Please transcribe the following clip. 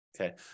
okay